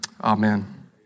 Amen